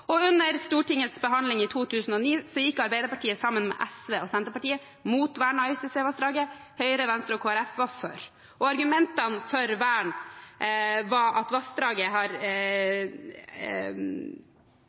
Under Stortingets behandling i 2009 gikk Arbeiderpartiet, sammen med SV og Senterpartiet, imot vern av Øystesevassdraget, og Høyre, Venstre og Kristelig Folkeparti var for. Argumentene for vern var at vassdraget har